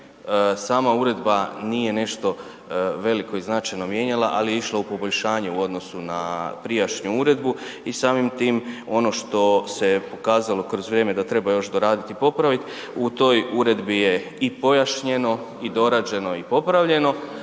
Sama uredba nije nešto veliko i značajno mijenjala, ali je išla u poboljšanje u odnosu na prijašnju uredbu i samim tim ono se pokazalo kroz vrijeme da treba još doraditi i popraviti, u toj uredbi je i pojašnjeno i dorađeno i popravljeno,